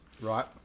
Right